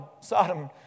Sodom